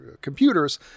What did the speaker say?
computers